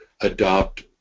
adopt